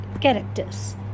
characters